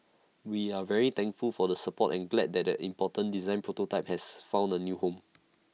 we are very thankful for the support and glad that the important design prototype has found A new home